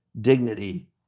dignity